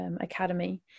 Academy